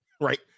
right